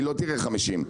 הסדרנית לא תראה 50 שקלים,